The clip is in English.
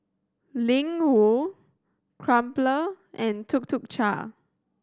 Ling Wu Crumpler and Tuk Tuk Cha